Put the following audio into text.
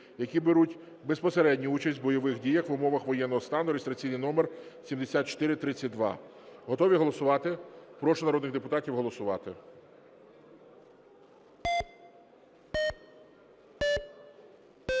які беруть безпосередню участь в бойових діях в умовах воєнного стану (реєстраційний номер 7432). Готові голосувати? Прошу народних депутатів голосувати.